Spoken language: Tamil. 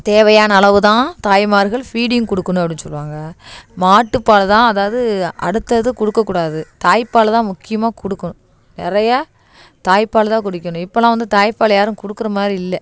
தேவையான அளவு தான் தாய்மார்கள் ஃபீடிங் கொடுக்கணும் அப்படின்னு சொல்லுவாங்க மாட்டுப் பால் தான் அதாவது அடுத்தது கொடுக்கக் கூடாது தாய்ப்பால் தான் முக்கியமாக கொடுக்கணும் நிறையா தாய்ப்பால் தான் குடிக்கணும் இப்போல்லாம் வந்து தாய்ப்பால் யாரும் கொடுக்கற மாதிரி இல்லை